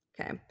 Okay